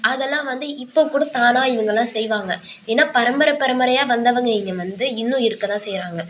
அதெல்லாம் வந்து இப்போக்கூட தானாக இவங்களாம் செய்வாங்க ஏன்னால் பரம்பரை பரம்பரையாக வந்தவங்க இங்கே வந்து இன்னும் இருக்க தான் செய்கிறாங்க